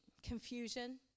confusion